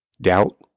doubt